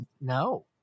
No